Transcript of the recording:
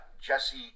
Jesse